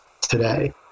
today